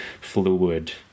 fluid